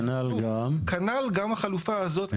כנ"ל גם החלופה הזאת.